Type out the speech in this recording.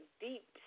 deep